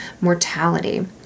mortality